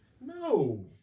No